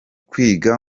kwiga